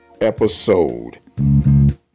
episode